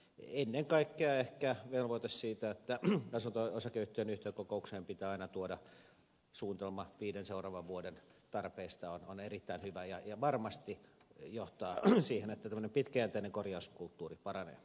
ennen kaikkea ehkä velvoite siitä että asunto osakeyhtiön yhtiökokoukseen pitää aina tuoda suunnitelma viiden seuraavan vuoden tarpeista on erittäin hyvä ja varmasti johtaa siihen että tämmöinen pitkäjänteinen korjauskulttuuri paranee